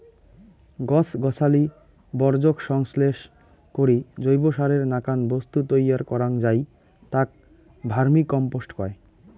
গছ গছালি বর্জ্যক সংশ্লেষ করি জৈবসারের নাকান বস্তু তৈয়ার করাং যাই তাক ভার্মিকম্পোস্ট কয়